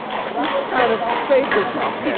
she kind of saved herself yeah